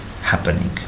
happening